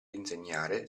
insegnare